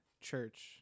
church